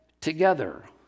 together